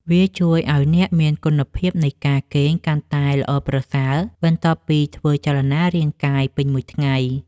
វាជួយឱ្យអ្នកមានគុណភាពនៃការគេងកាន់តែល្អប្រសើរ បន្ទាប់ពីការធ្វើចលនារាងកាយពេញមួយថ្ងៃ។